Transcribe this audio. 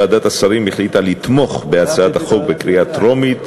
ועדת השרים החליטה לתמוך בהצעת החוק בקריאה טרומית,